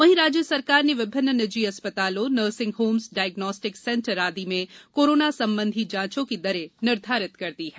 वहीँ राज्य सरकार ने विभिन्न निजी अस्पतालों नर्सिंग होम्स डायग्नोस्टिक सेंटर आदि में कोरोना संबंधी जॉचों की दरें निर्धारित कर दी हैं